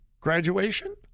graduation